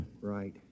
Right